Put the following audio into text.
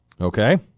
Okay